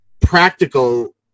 practical